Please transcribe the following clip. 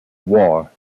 war